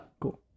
cool